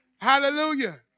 Hallelujah